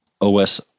OS